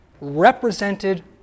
represented